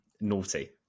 naughty